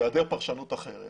בהיעדר פרשנות אחרת